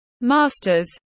Masters